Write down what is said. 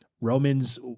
Romans